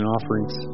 offerings